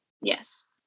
Yes